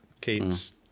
Kate's